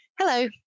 Hello